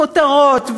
כותרות,